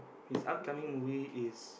his upcoming movie is